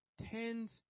Tens